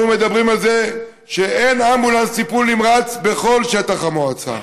אנחנו מדברים על זה שאין אמבולנס טיפול נמרץ בכל שטח המועצה.